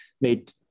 made